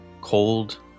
cold